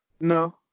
No